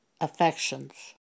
affections